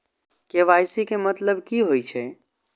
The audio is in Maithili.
के.वाई.सी के मतलब की होई छै?